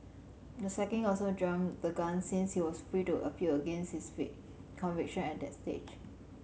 the sacking also jumped the gun since he was free to appeal against his conviction at that stage